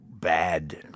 Bad